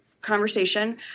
conversation